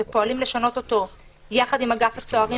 אנחנו פועלים לשנות אותו יחד עם אגף הצוערים